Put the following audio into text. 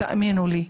תאמינו לי,